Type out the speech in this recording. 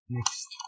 Next